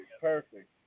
Perfect